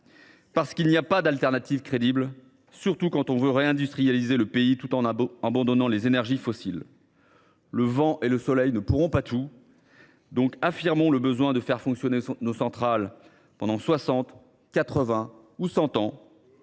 parce qu’il n’y a pas d’alternative crédible, surtout quand on veut réindustrialiser le pays tout en abandonnant les énergies fossiles. Le vent et le soleil ne pourront pas tout. Osons donc affirmer la nécessité de faire fonctionner nos centrales pendant soixante,